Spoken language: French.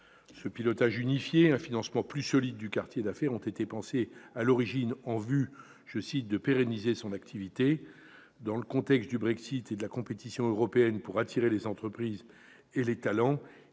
Ce pilotage unifié et un financement plus solide du quartier d'affaires ont été pensés à l'origine en vue de « pérenniser son attractivité ». Dans le contexte du Brexit et de la compétition européenne pour attirer les entreprises et les talents,